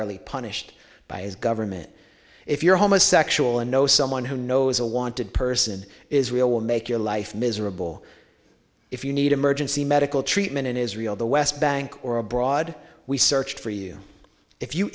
summarily punished by his government if you're homo sexual and know someone who knows a wanted person israel will make your life miserable if you need emergency medical treatment in israel the west bank or abroad we searched for you if you